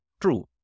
true